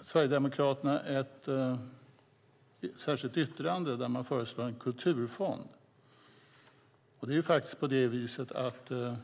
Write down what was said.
Sverigedemokraterna har ett särskilt yttrande där de föreslår att en kulturarvsfond ska inrättas.